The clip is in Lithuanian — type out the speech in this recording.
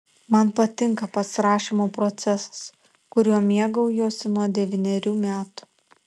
man patinka pats rašymo procesas kuriuo mėgaujuosi nuo devynerių metų